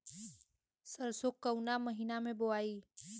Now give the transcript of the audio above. सरसो काउना महीना मे बोआई?